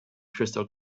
crystal